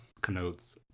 connotes